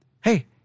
hey